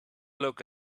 look